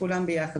כולם ביחד.